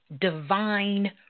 divine